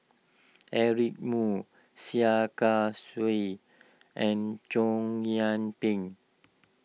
Eric Moo Sia Kah Sui and Chow Yian Ping